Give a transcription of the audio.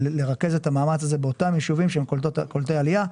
ולרכז את המאמץ הזה באותם יישובים שהם קולטי עלייה,